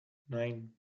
nine